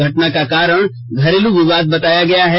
घटना का कारण घरेलू विवाद बताया गया है